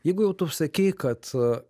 jeigu jau tu sakei kad